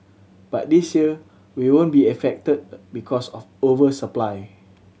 but this year we won't be affected because of over supply